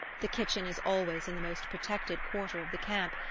the kitchen is always in the most protected quarter of the camp,